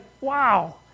wow